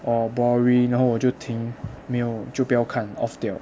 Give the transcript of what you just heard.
orh boring 然后我就停没有就不要看 off 掉